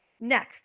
Next